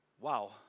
Wow